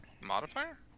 modifier